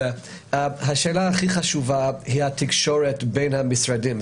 השאלה הכי חשובה היא התקשורת בין המשרדים.